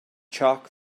chalk